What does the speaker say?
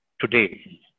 today